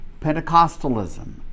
Pentecostalism